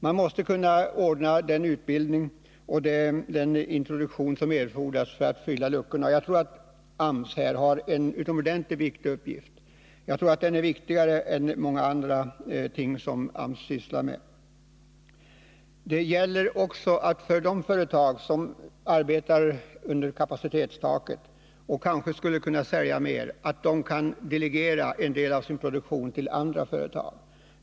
Man måste kunna ordna med den utbildning och den introduktion som erfordras för att luckorna skall kunna fyllas. AMS har här en utomordentligt viktig uppgift, viktigare än många andra ting som AMS sysslar med. För de företag som arbetar intill kapacitetstaket och som kanske skulle kunna sälja mer gäller att de kan delegera en del av sin produktion till andra företag.